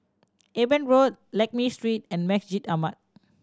Eben Road Lakme Street and Masjid Ahmad